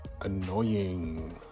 annoying